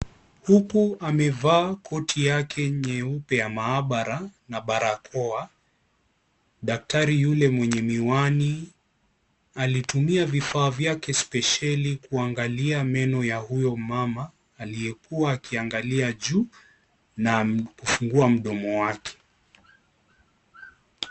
Huku amevaa koti yake nyeupe ya mahabara na barakoa, daktari yule mwenye miwani, alitumia vifaa vyake spesheli kuangalia meno ya huyo mama, aliyekuwa akiangalia juu na kufungua mdomo wake.